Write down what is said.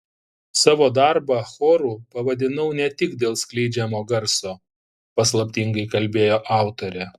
savo darbą choru pavadinau ne tik dėl skleidžiamo garso paslaptingai kalbėjo autorė